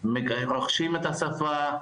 רוכשים את השפה,